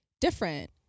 different